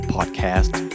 Podcast